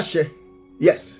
Yes